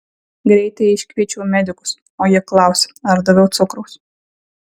greitai iškviečiau medikus o jie klausia ar daviau cukraus